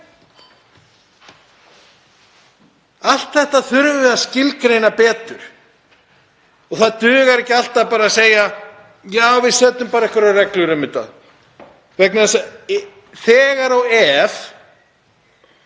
Allt þetta þurfum við að skilgreina betur og það dugar ekki alltaf að segja: Já, við setjum bara einhverjar reglur um þetta. Þegar og ef